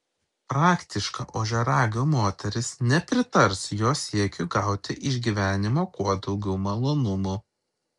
praktiška ožiaragio moteris nepritars jo siekiui gauti iš gyvenimo kuo daugiau malonumų